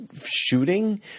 shooting